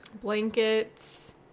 Blankets